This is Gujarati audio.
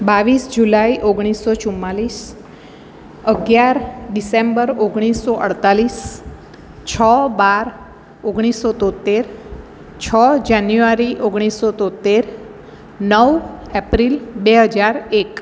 બાવીસ જુલાઈ ઓગણીસો ચુંમાલીસ અગિયાર ડિસેમ્બર ઓગણીસો અડતાલીસ છ બાર ઓગણીસો તોત્તેર છ જાન્યુઆરી ઓગણીસો તોત્તેર નવ એપ્રિલ બે હજાર એક